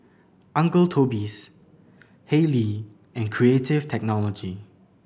Uncle Toby's Haylee and Creative Technology